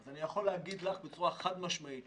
אני יכול להגיד לך בצורה חד-משמעית,